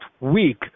week